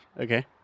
Okay